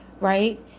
right